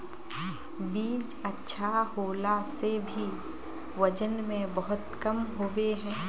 बीज अच्छा होला से भी वजन में बहुत कम होबे है?